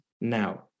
now